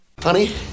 Honey